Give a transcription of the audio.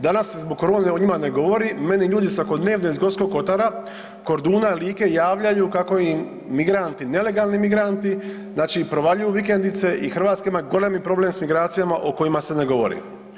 Danas se zbog korone o njima ne govori, meni ljudi svakodnevno iz Gorskog Kotara, Korduna, Like javljaju kako im migranti, nelegalni migranti provaljuju u vikendice i Hrvatska ima golemi problem s migracijama o kojima se ne govori.